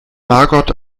margot